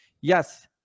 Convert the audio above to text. yes